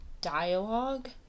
dialogue